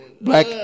Black